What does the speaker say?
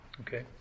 Okay